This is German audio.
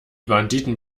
banditen